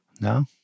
No